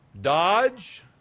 Dodge